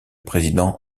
président